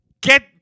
get